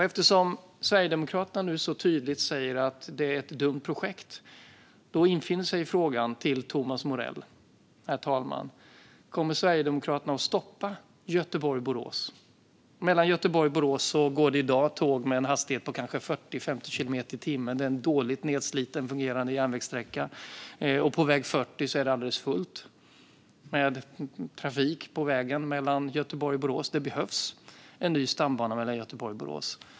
Eftersom Sverigedemokraterna nu så tydligt säger att det är ett dumt projekt infinner sig frågan till Thomas Morell: Kommer Sverigedemokraterna att stoppa Göteborg-Borås? Mellan Göteborg och Borås går det i dag tåg med en hastighet på kanske 40 eller 50 kilometer i timmen. Det är en nedsliten och dåligt fungerande järnvägssträcka. Och på väg 40 mellan Göteborg och Borås är det alldeles fullt av trafik på vägen. Det behövs en ny stambana mellan Göteborg och Borås.